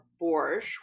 borscht